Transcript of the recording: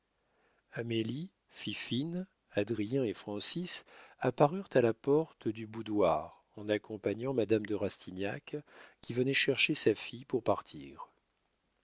amélie fifine adrien et francis apparurent à la porte du boudoir en accompagnant madame de rastignac qui venait chercher sa fille pour partir